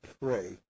pray